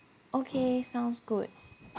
okay sounds good